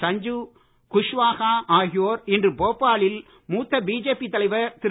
சஞ்சீவ் குஷ்வாஹா ஆகியோர் இன்று போபாலில் மூத்த பிஜேபி தலைவர் திரு